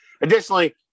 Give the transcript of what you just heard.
Additionally